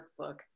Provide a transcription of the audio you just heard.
workbook